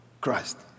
Christ